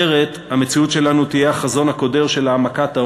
אחרת המציאות שלנו תהיה החזון הקודר של העמקת העוני,